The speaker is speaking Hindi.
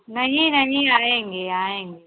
नहीं नहीं आएँगे आएँगे